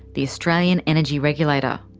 the australian energy regulator.